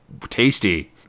Tasty